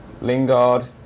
Lingard